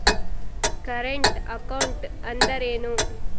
Current account ಅಂದರೇನು?